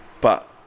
But-